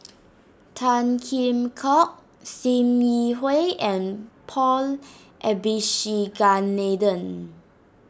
Tan Kheam Hock Sim Yi Hui and Paul Abisheganaden